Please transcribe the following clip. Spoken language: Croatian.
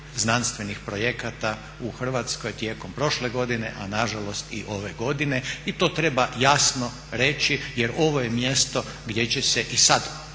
znanstvenih projekata u Hrvatskoj tijekom prošle godine, a nažalost i ove godine i to treba jasno reći jer ovo je mjesto gdje će se i sad vrlo